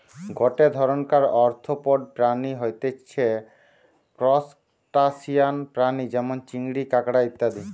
গটে ধরণকার আর্থ্রোপড প্রাণী হতিছে ত্রুসটাসিয়ান প্রাণী যেমন চিংড়ি, কাঁকড়া ইত্যাদি